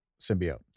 symbiote